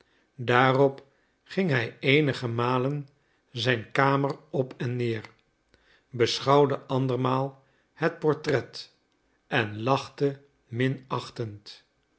daarop ging hij eenige malen zijn kamer op en neer beschouwde andermaal het portret en lachte